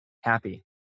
happy